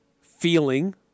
feeling